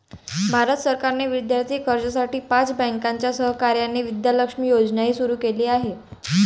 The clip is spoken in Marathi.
भारत सरकारने विद्यार्थी कर्जासाठी पाच बँकांच्या सहकार्याने विद्या लक्ष्मी योजनाही सुरू केली आहे